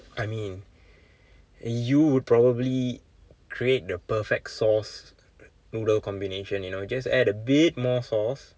I mean you would probably create the perfect sauce noodle combination you know just add a bit more sauce